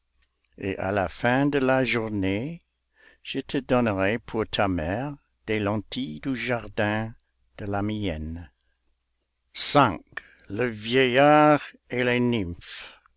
et à la fin de la journée je te donnerai pour ta mère des lentilles du jardin de la mienne le vieillard et les nymphes